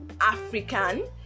African